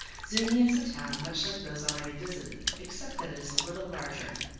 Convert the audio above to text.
zuni is a town much like those already visited, except that it is a little larger.